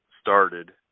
started